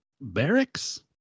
barracks